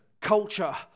Culture